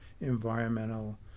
environmental